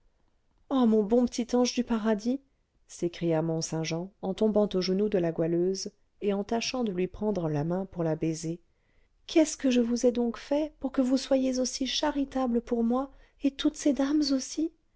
oh mon bon petit ange du paradis s'écria mont-saint-jean en tombant aux genoux de la goualeuse et en tâchant de lui prendre la main pour la baiser qu'est-ce que je vous ai donc fait pour que vous soyez aussi charitable pour moi et toutes ces dames aussi